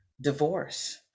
divorce